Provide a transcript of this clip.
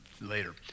later